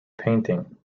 painting